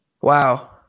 Wow